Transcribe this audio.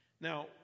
Now